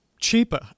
cheaper